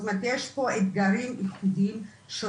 זאת אומרת יש פה אתגרים מסוגים שונים.